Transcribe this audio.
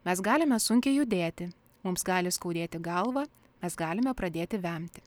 mes galime sunkiai judėti mums gali skaudėti galvą mes galime pradėti vemti